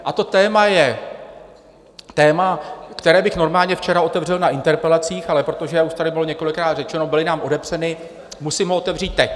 A to téma je téma, které bych normálně včera otevřel na interpelacích, ale protože, jak už tady bylo několikrát řečeno, byly nám odepřeny, musím ho otevřít teď.